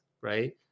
right